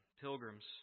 Pilgrims